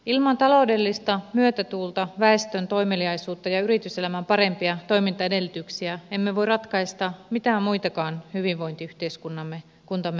ilman taloudellista myötätuulta väestön toimeliaisuutta ja yrityselämän parempia toimintaedellytyksiä emme voi ratkaista mitään muitakaan hyvinvointiyhteiskuntamme haasteita